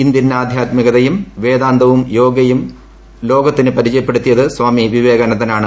Indian ആധ്യാത്മികതയും വേദാന്തവും യോഗയും ലോകത്തിന് പരിചയപ്പെടുത്തിയത് സ്വാമി വിവേകാനന്ദനാണ്